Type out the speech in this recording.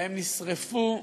שבהם נשרפו עצים,